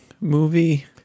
movie